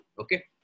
Okay